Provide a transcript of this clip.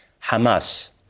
Hamas